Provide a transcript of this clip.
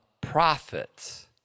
prophets